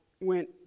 went